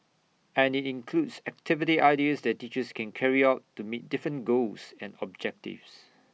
and includes activity ideas that teachers can carry out to meet different goals and objectives